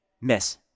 miss